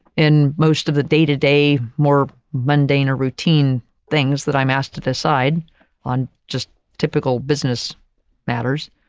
in most of the day to day, more mundane or routine things that i'm asked to decide on just typical business matters,